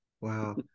Wow